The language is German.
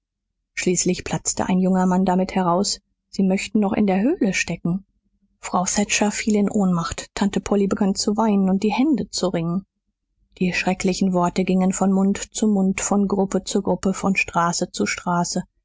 schließlich platzte ein junger mann damit heraus sie möchten noch in der höhle stecken frau thatcher fiel in ohnmacht tante polly begann zu weinen und die hände zu ringen die schrecklichen worte gingen von mund zu mund von gruppe zu gruppe von straße zu straße